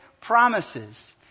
promises